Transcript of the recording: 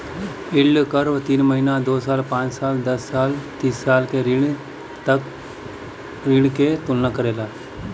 yield curve तीन महीना, दो साल, पांच साल, दस साल आउर तीस साल के ऋण क तुलना करला